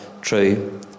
true